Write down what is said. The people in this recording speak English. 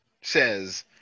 says